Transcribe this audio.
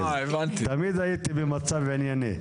תמיד הייתי במצב ענייני.